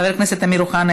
חבר הכנסת אמיר אוחנה,